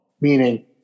Meaning